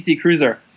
Cruiser